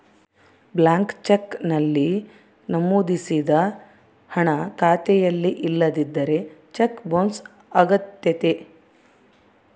blank cheque ನಲ್ಲಿ ನಮೋದಿಸಿದ ಹಣ ಖಾತೆಯಲ್ಲಿ ಇಲ್ಲದಿದ್ದರೆ ಚೆಕ್ ಬೊನ್ಸ್ ಅಗತ್ಯತೆ